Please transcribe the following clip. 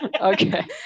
okay